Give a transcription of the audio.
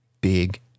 Big